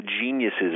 geniuses